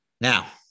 Now